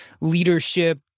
leadership